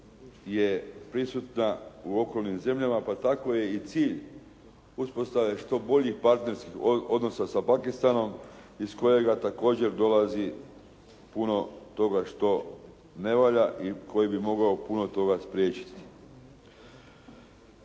je prisutna u okolnim zemljama, pa tako je i cilj uspostave što boljih partnerskih odnosa sa Pakistanom iz kojega također dolazi puno toga što ne valja i koji bi mogao puno toga spriječiti.